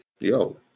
yo